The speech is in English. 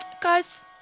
Guys